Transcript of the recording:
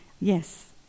Yes